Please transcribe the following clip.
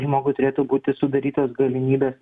žmogui turėtų būti sudarytos galimybės